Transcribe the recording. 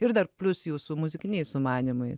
ir dar plius jūsų muzikiniai sumanymai